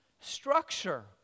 structure